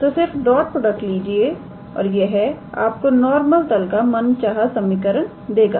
तो सिर्फ dot product लीजिए और यह आपको नॉर्मल तल का मनचाही समीकरण देगा